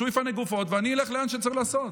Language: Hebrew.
שהוא יפנה גופות ואני אלך לאן שצריך לעשות.